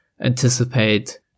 anticipate